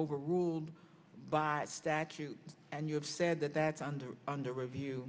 overruled by statute and you have said that that's under under review